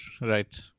right